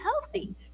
Healthy